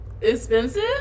expensive